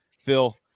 Phil